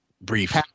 brief